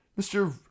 Mr